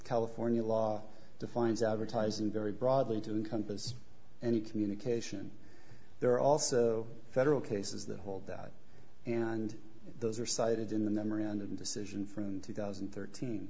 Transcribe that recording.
california law defines advertising very broadly to encompass any communication there are also federal cases that hold that and those are cited in the memorandum decision from two thousand and thirteen